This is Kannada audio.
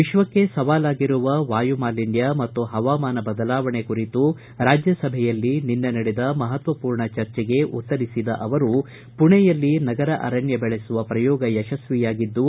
ವಿಶ್ವಕ್ಷೇ ಸವಾಲಾಗಿರುವ ವಾಯುಮಾಲಿನ್ಯ ಮತ್ತು ಪವಾಮಾನ ಬದಲಾವಣೆ ಕುರಿತು ರಾಜ್ಯಸಭೆಯಲ್ಲಿ ನಿನ್ನೆ ನಡೆದ ಮಹತ್ತಪೂರ್ಣ ಚರ್ಚೆಗೆ ಉತ್ತರಿಸಿದ ಅವರು ಮಣೆಯಲ್ಲಿ ನಗರ ಅರಣ್ಯ ಬೆಳೆಸುವ ಪ್ರಯೋಗ ಯಶಸ್ವಿಯಾಗಿದ್ದು